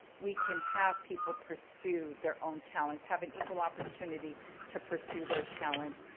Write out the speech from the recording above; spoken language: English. we can have people pursue their own talents having equal opportunity to pursue their talents.